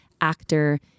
actor